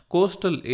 Coastal